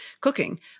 cooking